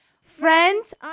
Friends